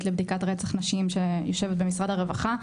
לבדיקת רצח נשים שיושבת במשרד הרווחה,